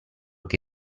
che